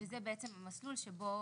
וזה המסלול שבו